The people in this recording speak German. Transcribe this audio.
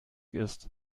ist